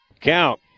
count